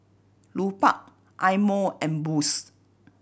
Lupark Eye Mo and Boost